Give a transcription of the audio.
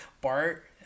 Bart